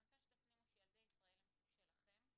אני רוצה שתפנימו שילדי ישראל הם שלכם.